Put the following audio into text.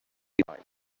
ddau